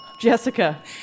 Jessica